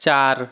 চার